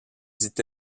dit